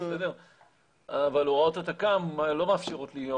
אבל הוראות התכ"ם לא מאפשרות לי,